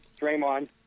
draymond